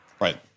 Right